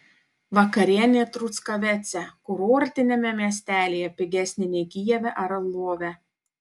vakarienė truskavece kurortiniame miestelyje pigesnė nei kijeve ar lvove